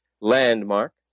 landmark